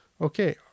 okay